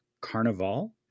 Carnival